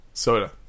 Soda